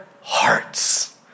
hearts